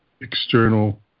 external